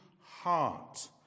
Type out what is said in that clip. heart